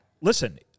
listen